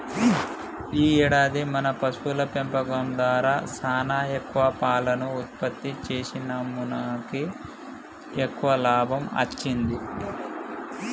ఈ ఏడాది మన పశువుల పెంపకం దారా సానా ఎక్కువ పాలను ఉత్పత్తి సేసినాముమనకి ఎక్కువ లాభం అచ్చింది